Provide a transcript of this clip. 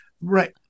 Right